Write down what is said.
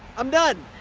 i'm done!